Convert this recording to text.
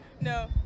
No